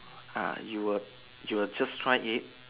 uh you will you will just try it